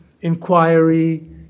inquiry